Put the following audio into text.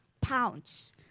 pounds